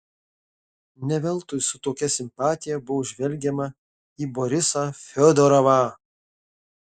ne veltui su tokia simpatija buvo žvelgiama į borisą fiodorovą